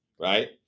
right